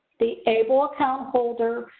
the able account holder